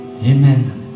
Amen